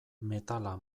metala